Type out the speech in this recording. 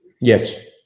Yes